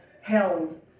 held